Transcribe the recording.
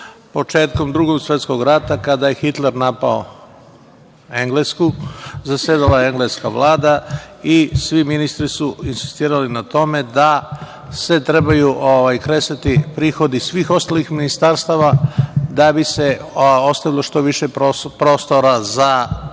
primerom. Početkom Drugog svetskog rata kada je Hitler napao Englesku, zasedala je engleska Vlada i svi ministri su insistirali na tome da se trebaju kresati prihodi svih ostalih ministarstava da bi se ostavilo što više prostora za odbranu.